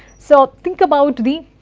so think about the